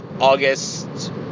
August